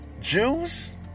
Jews